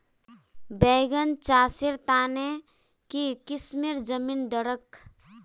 बैगन चासेर तने की किसम जमीन डरकर?